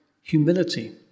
humility